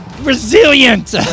resilient